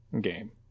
game